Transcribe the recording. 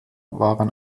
waren